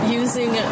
using